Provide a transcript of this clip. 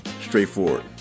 straightforward